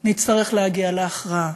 נצטרך להגיע להכרעה,